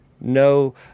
No